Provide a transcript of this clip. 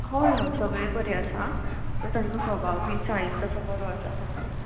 हय हय सगळें बरें आसा सो तांचो स्वभाव बीन शाळेन तसो बरो आसा सगलो